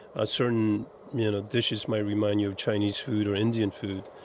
ah certain you know dishes might remind you of chinese food or indian food.